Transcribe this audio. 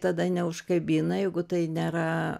tada neužkabina jeigu tai nėra